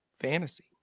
fantasy